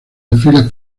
desfiles